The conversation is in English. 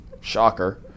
shocker